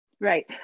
Right